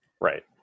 Right